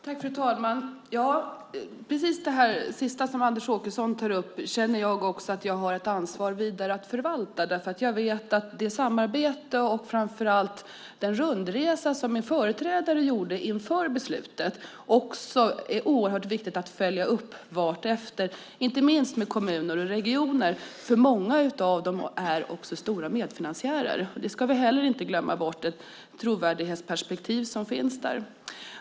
Fru talman! Precis det sista som Anders Åkesson tar upp känner jag att jag har ett ansvar att vidare förvalta, därför att jag vet att det samarbete och framför allt den rundresa som min företrädare gjorde inför beslutet är oerhört viktigt att följa upp vartefter, inte minst med kommuner och regioner. Många av dem är också stora medfinansiärer, och vi ska inte glömma bort det trovärdighetsperspektiv som finns där.